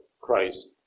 Christ